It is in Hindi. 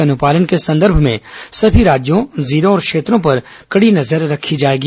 के अनुपालन के संदर्भ में सभी राज्यों जिलों और क्षेत्रों पर कड़ी नजर रखी जायेगी